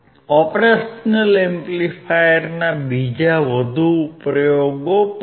operational એમ્પ્લીફાયરના બીજા વધુ ઉપયોગો પણ છે